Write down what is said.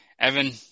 Evan